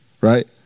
right